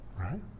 right